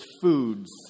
foods